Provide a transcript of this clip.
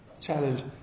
challenge